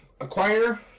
Acquire